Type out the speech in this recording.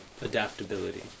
adaptability